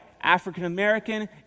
African-American